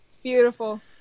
Beautiful